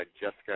Jessica